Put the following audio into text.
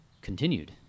continued